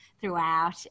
throughout